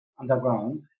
underground